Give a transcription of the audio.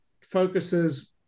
focuses